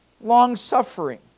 Long-suffering